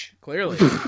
Clearly